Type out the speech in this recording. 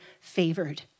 favored